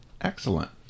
Excellent